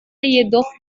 jedoch